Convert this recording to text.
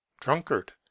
drunkard